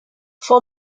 for